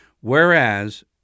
whereas